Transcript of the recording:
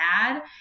bad